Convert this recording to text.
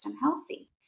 healthy